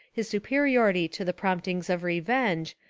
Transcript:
his superiority to the promptings of revenge.